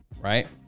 right